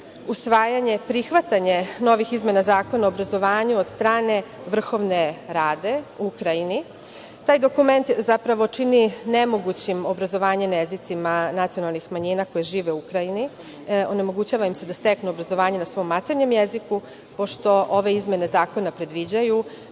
usvajanje, prihvatanje, novih izmena Zakona o obrazovanju od strane Vrhovne Rade u Ukrajini. Taj dokument zapravo čini nemogućim obrazovanje na jezicima nacionalnih manjina koji žive u Ukrajini, onemogućava im se da steknu obrazovanje na maternjem jeziku, pošto ove izmene zakona predviđaju